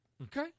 Okay